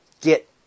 get